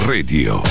Radio